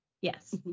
Yes